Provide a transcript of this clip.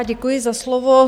Děkuji za slovo.